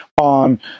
on